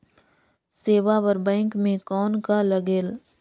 सेवा बर बैंक मे कौन का लगेल?